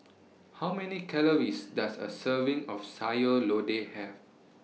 How Many Calories Does A Serving of Sayur Lodeh Have